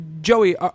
Joey